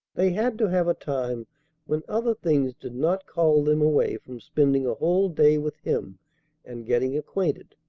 they had to have a time when other things did not call them away from spending a whole day with him and getting acquainted,